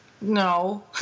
no